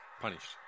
punished